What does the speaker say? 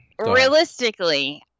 realistically